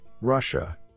Russia